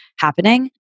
happening